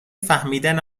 فهمیدن